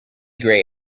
gray